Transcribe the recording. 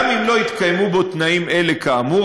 גם אם לא התקיימו בו תנאים אלה כאמור,